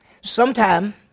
Sometime